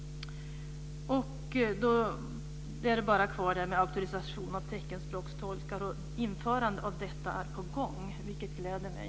Då är det bara detta med auktorisation av teckenspråkstolkar kvar. Införande av detta är på gång, vilket gläder mig.